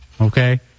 Okay